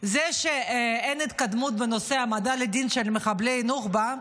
זה שאין התקדמות בנושא העמדה לדין של מחבלי נוח'בה,